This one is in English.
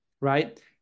right